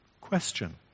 question